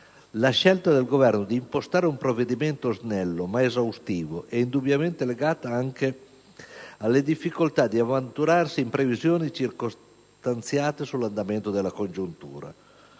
La scelta del Governo di impostare un provvedimento snello ma esaustivo è indubbiamente legata anche alle difficoltà di avventurarsi in previsioni circostanziate sull'andamento della congiuntura.